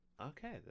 okay